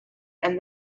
and